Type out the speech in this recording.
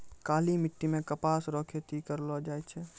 काली मिट्टी मे कपास रो खेती करलो जाय छै